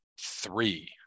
Three